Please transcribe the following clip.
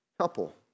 couple